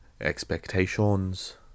expectations